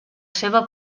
seva